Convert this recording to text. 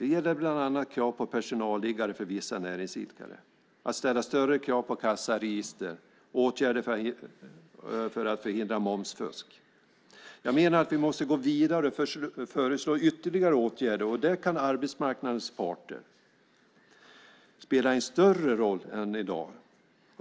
Det gäller bland annat krav på personalliggare för vissa näringsidkare, att ställa större krav på kassaregister och åtgärder för att förhindra momsfusk. Jag menar att vi måste gå vidare och föreslå ytterligare åtgärder. Där kan arbetsmarknadens parter spela en större roll än i dag.